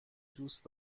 دوست